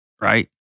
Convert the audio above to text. right